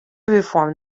reform